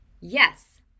yes